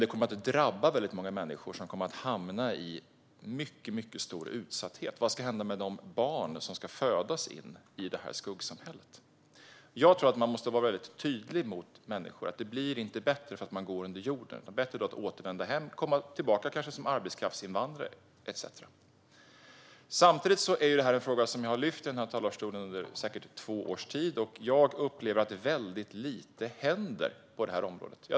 Det kommer att drabba väldigt många människor som kommer att hamna i mycket stor utsatthet. Vad ska hända med de barn som föds in i det här skuggsamhället? Jag tror att man måste vara tydlig mot människor med att det inte blir bättre av att gå under jorden. Det är bättre att återvända hem och kanske komma tillbaka, till exempel som arbetskraftsinvandrare. Det här är en fråga som jag har lyft i talarstolen i säkert två års tid. Jag upplever att väldigt lite händer på det här området.